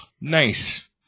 Nice